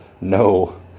No